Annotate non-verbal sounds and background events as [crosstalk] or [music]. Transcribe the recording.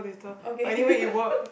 okay [laughs]